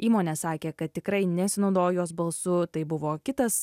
įmone sakė kad tikrai nesinaudojo jos balsu tai buvo kitas